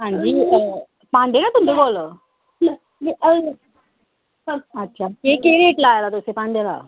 हंजाी भांडे हैन तुंदे कोल अच्छा केह् केह् रेट लाए दा तुसे भांडे दा